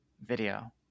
video